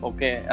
Okay